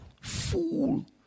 fool